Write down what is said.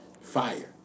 Fire